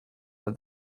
but